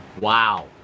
Wow